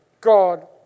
God